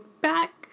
back